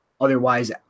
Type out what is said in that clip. Otherwise